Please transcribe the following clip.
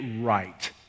right